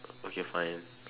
okay fine